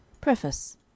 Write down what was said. Preface